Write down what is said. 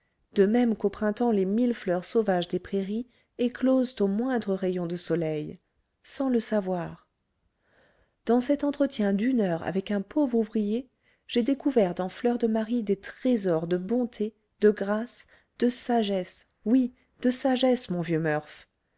de même qu'au printemps les mille fleurs sauvages des prairies éclosent au moindre rayon de soleil sans le savoir dans cet entretien d'une heure avec un pauvre ouvrier j'ai découvert dans fleur de marie des trésors de bonté de grâce de sagesse oui de sagesse mon vieux murph